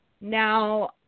now